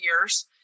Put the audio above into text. years